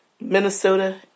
Minnesota